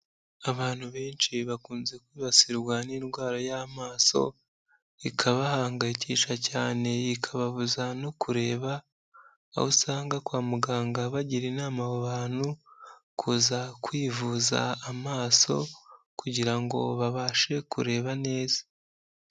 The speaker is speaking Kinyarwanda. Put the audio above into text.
Abantu benshi bakunze kwibasirwa n'indwara y'amaso, ikabahangayikisha cyane ikababuza no kureba, aho usanga kwa muganga bagira inama abo bantu kuza kwivuza amaso kugira ngo babashe kureba neza.